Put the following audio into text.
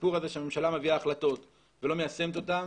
הסיפור הזה שהממשלה מביאה החלטות ולא מיישמת אותן